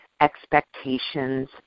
expectations